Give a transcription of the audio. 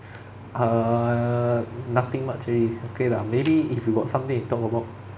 uh nothing much already okay lah maybe if you got something to talk about